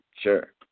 sure